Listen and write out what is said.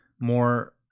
more